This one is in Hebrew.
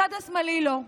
הצד השמאלי לא.